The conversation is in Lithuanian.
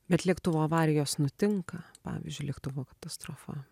bet lėktuvo avarijos nutinka pavyzdžiui lėktuvo katastrofa